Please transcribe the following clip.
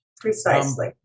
Precisely